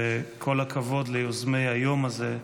וכל הכבוד ליוזמי היום הזה,